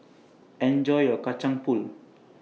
Enjoy your Kacang Pool